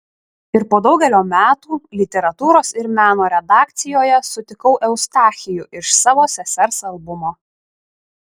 ir po daugelio metų literatūros ir meno redakcijoje sutikau eustachijų iš savo sesers albumo